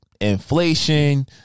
Inflation